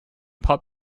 pop